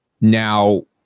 Now